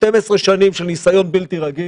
12 שנים של ניסיון בלתי רגיל,